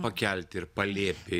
pakelti ir palėpėi